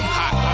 hot